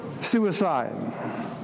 suicide